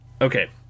Okay